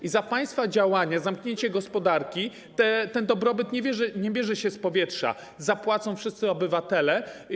I za państwa działanie, za zamknięcie gospodarki - ten dobrobyt nie bierze się z powietrza - zapłacą wszyscy obywatele.